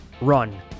run